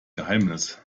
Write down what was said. geheimnis